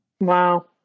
Wow